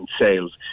sales